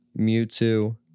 Mewtwo